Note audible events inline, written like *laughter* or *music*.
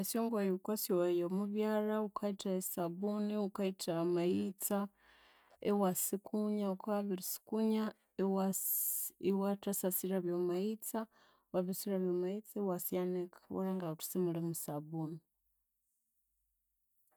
Esyongoye wuka syoghaya omu byalha ukayithagha esabuni, ukayithagha amaghitsa, iwasikunya wukabya wabiri sikunya *hesitation* iwathasyasilhabya omwa maghitsa, wabiri silhabya omwa maghitsa iwasyanika, iwalhangira wuthi simulimu sabuni